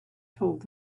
told